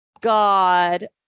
God